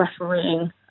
refereeing